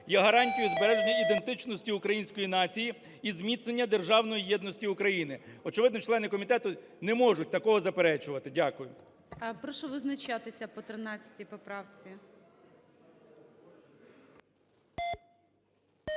є гарантією збереження ідентичності української нації і зміцнення державної єдності України. Очевидно, члени комітету не можуть такого заперечувати. Дякую. ГОЛОВУЮЧИЙ. Прошу визначатися по 13 поправці.